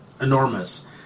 enormous